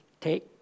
Take